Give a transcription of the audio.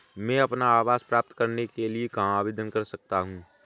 मैं अपना आवास प्राप्त करने के लिए कहाँ आवेदन कर सकता हूँ?